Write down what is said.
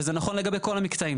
וזה נכון לגבי כל המקטעים.